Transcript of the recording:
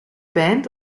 band